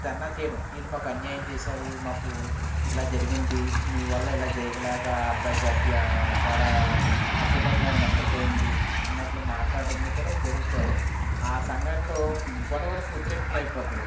ధర్నా చేయము ఏంటి మాకు అన్యాయం చేశారు మాకు ఇలా జరిగింది మీ వల్ల ఇలా జరీగే ఇలాగ అబ్బాయికి అబ్యా చాలా ఆ కుటుంబం నష్టపోయింది అన్నట్లు మాట్లాడటంతో కూడా జరుగుతాయి ఆ సంఘటనలు గొడవలకు ఉద్రిక్తం అయిపోతుంది